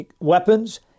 weapons